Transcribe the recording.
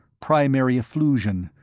primary efflusion.